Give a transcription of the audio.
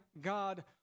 God